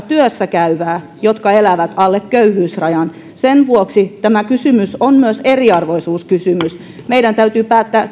työssä käyvää jotka elävät alle köyhyysrajan sen vuoksi tämä kysymys on myös eriarvoisuuskysymys meidän täytyy päättää